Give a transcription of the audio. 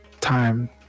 time